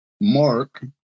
Mark